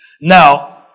Now